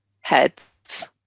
heads